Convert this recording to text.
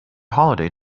holiday